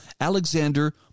Alexander